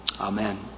Amen